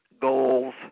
goals